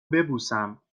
ببوسم